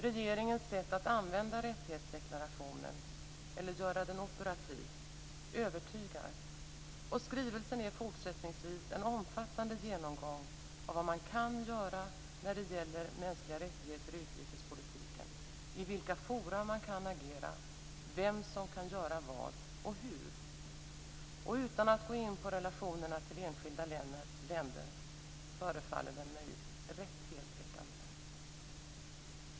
Regeringens sätt att använda rättighetsdeklarationen eller göra den operativ övertygar, och skrivelsen är fortsättningsvis en omfattande genomgång av vad man kan göra när det gäller mänskliga rättigheter i utrikespolitiken, i vilka forum man kan agera, vem som kan göra vad och hur. Utan att gå in på relationerna till enskilda länder förefaller den mig rätt heltäckande.